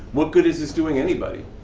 what good is this doing anybody?